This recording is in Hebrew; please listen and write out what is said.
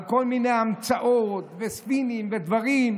כל מיני המצאות, ספינים ודברים.